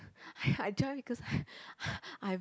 I join because I